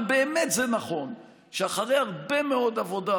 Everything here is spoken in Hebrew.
אבל באמת זה נכון שאחרי הרבה מאוד עבודה